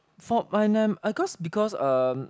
for when I'm cause because um